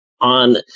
on